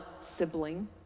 sibling